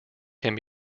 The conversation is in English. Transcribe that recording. can